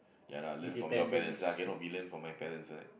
ya lah learn from your parents lah cannot be learn from my parents right